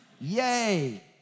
Yay